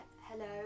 Hello